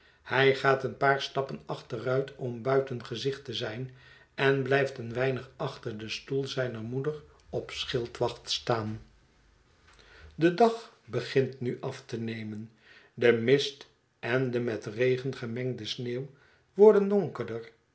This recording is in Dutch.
hij gaat een paar stappen achteruit om buiten gezicht te zijn en blijft een weinig achter den stoel zijner moeder op schildwacht staan de dag begint nu af te nemen de mist en de met regen gemengde sneeuw worden donkerder